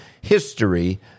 history